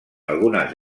algunes